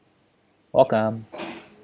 welcome